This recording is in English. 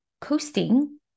coasting